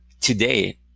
today